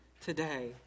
today